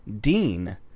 Dean